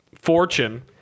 fortune